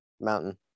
mountain